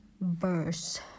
verse